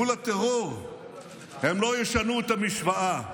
מול הטרור הם לא ישנו את המשוואה.